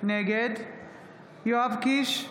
נגד יואב קיש,